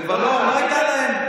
כבר לא הייתה להם,